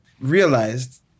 realized